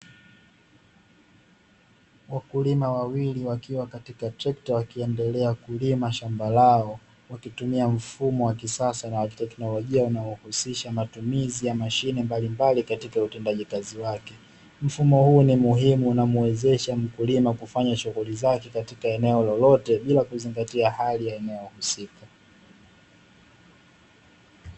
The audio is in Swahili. Wakulima wawili wakiwa katika trekta wakiendelea kulima shamba lao wakitumia mfumo wa kisasa na wa kiteknolojia unaohusisha matumizi ya msahine mbalimbali katika utendaji kazi wake. Mfumo huu ni muhimu na humwezesha mkulima kufanya shughuli zake katika eneo lolote bila kuzingatia hali ya eneo husika.